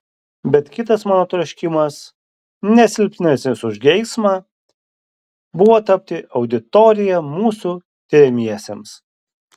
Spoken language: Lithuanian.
bet kitas mano troškimas ne silpnesnis už geismą buvo tapti auditorija mūsų tiriamiesiems